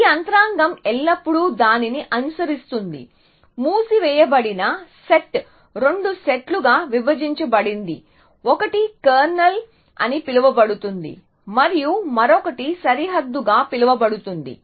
ఈ యంత్రాంగం ఎల్లప్పుడూ దానిని అనుసరిస్తుంది మూసివేయబడిన సెట్ 2 సెట్లుగా విభజించబడింది ఒకటి కెర్నల్ అని పిలువబడుతుంది మరియు మరొకటి సరిహద్దుగా పిలువబడుతుంది